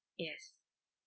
yes